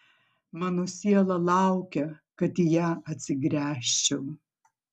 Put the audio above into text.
mano siela laukia kad į ją atsigręžčiau